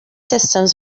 systems